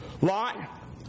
Lot